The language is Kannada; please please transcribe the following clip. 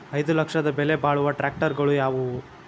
ಐದು ಲಕ್ಷದ ಬೆಲೆ ಬಾಳುವ ಟ್ರ್ಯಾಕ್ಟರಗಳು ಯಾವವು?